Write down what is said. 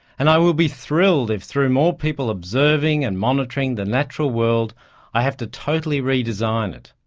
and i will be thrilled if through more people observing and monitoring the natural world i have to totally redesign it.